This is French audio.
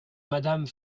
madame